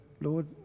Lord